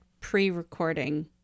pre-recording